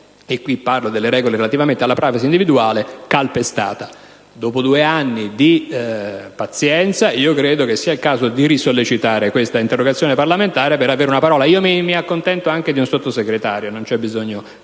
(e qui parlo delle regole relativamente alla *privacy* individuale) venga calpestata. Dopo due anni di pazienza, io credo che sia il caso di risollecitare questa interrogazione parlamentare per avere una parola. Mi accontento anche di un Sottosegretario, non c'è bisogno